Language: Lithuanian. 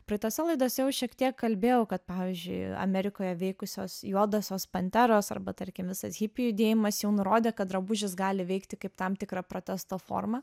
praeitose laidose jau šiek tiek kalbėjau kad pavyzdžiui amerikoje veikusios juodosios panteros arba tarkim visas hipių judėjimas jau nurodė kad drabužis gali veikti kaip tam tikra protesto forma